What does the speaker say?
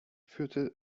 führte